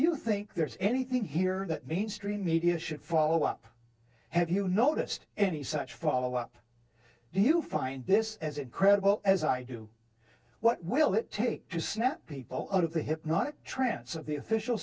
you think there's anything here that mainstream media should follow up have you noticed any such follow up do you find this as incredible as i do what will it take to snap people out of the hypnotic trance of the official